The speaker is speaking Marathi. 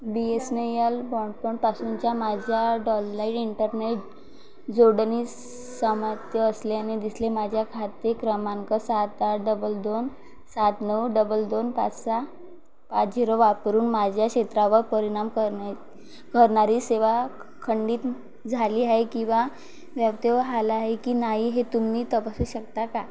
बीएसनेयल बॉंडपॉंडपासूनच्या माझ्या डॉललाईट इंटरनेट जोडणे समस्या असल्याने दिसले माझ्या खाते क्रमांक सात आठ डबल दोन सात नऊ डबल दोन पाच सहा पाच जिरो वापरून माझ्या क्षेत्रावर परिणाम करणे करणारी सेवा खंडित झाली आहे किंवा व्यत्यय आला आहे की नाही हे तुम्ही तपासू शकता का